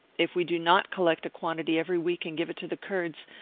if we do not collect a quantity every week and give it to the kurds,